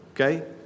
okay